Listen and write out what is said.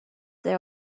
there